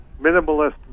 minimalist